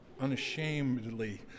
unashamedly